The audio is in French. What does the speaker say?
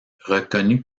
reconnu